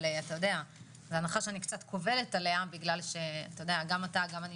אבל אני קצת קובלת עליה כי גם אתה וגם אני